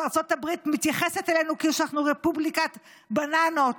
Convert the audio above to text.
שארצות הברית מתייחסת אלינו כאילו שאנחנו רפובליקת בננות